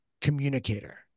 communicator